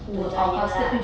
to join you lah